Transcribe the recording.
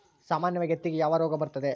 ಸಾಮಾನ್ಯವಾಗಿ ಹತ್ತಿಗೆ ಯಾವ ರೋಗ ಬರುತ್ತದೆ?